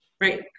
right